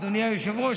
אדוני היושב-ראש,